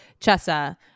Chessa